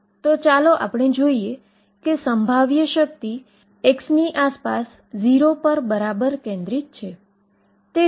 તે જુદી જુદી રીતે મેળવી અને અંતિમ પરીક્ષણ નો પ્રયોગ કરી તે યોગ્ય સાબિત કરી શકાય છે